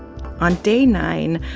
on day nine,